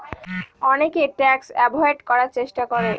অনেকে tax avoid করার চেষ্টা করে